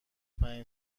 پنج